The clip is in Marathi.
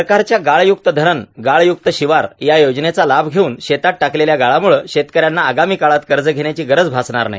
सरकारच्या गाळ्युक्त धरण गाळ्युक्त शिवार या योजनेचा लाभ घेऊन शेतात टाकलेल्या गाळामुळे शेतकऱ्यांना आगामी काळात कर्ज घेण्याची गरज भासणार नाही